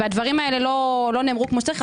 הדברים האלה לא נאמרו כמו שצריך.